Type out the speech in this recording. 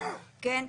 כן?